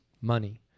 money